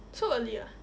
so early ah